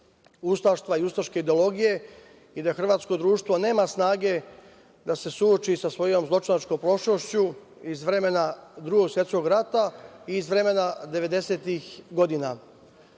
ustaštva i ustaške ideologije i da hrvatsko društvo nema snage da se suoči sa svojom zločinačkom prošlošću iz vremena Drugog svetskog rata i iz vremena devedesetih